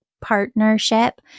partnership